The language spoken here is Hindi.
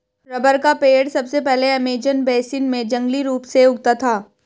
रबर का पेड़ सबसे पहले अमेज़न बेसिन में जंगली रूप से उगता था